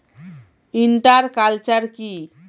Inter culture কি?